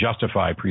justify